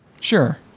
Sure